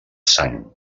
sang